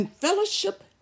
fellowship